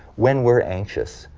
when we're anxious.